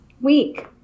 week